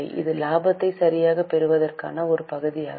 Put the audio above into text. இது லாபத்தை சரியாகப் பெறுவதற்கான ஒரு பகுதியாகும்